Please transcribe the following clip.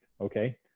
okay